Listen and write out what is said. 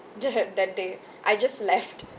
that that day I just left